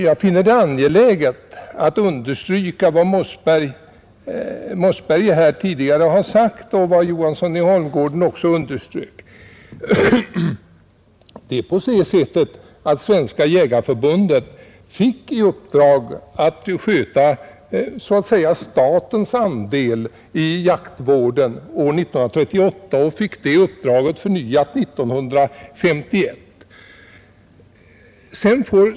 Jag finner det angeläget att liksom herr Johansson i Holmgården understryka vad herr Mossberger tidigare har sagt: det är på det sättet att Svenska jägareförbundet år 1938 fick i uppdrag att så att säga sköta statens andel i jaktvården, och det uppdraget förnyades 1951.